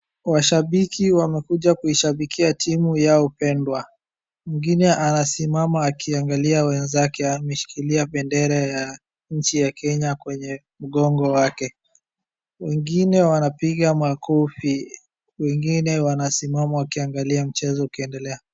Washambiki wamekuja kuishambikia timu yao pendwa. Mwingine anasimama akiangalia wenzake, ameshikilia bendera ya nchi ya Kenya kwenye mgongo wake. Wengine wanapiga makofi wengine wanasimama wakiangalia mchezo ukiedelea.